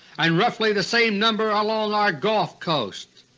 and roughly the same number along our gulf coast.